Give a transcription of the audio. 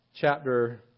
chapter